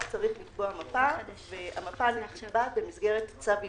צריך לקבוע מפה והמפה נקבעת במסגרת צו עידוד.